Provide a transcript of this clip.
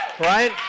right